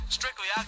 Strictly